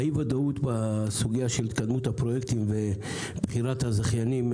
האי ודאות בסוגיה של התקדמות הפרויקטים ובחירת הזכיינים,